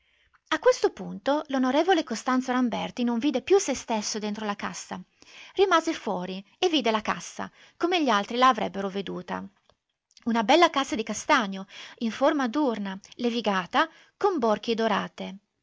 a questo punto l'on costanzo ramberti non vide più se stesso dentro la cassa rimase fuori e vide la cassa come gli altri la avrebbero veduta una bella cassa di castagno in forma d'urna levigata con borchie dorate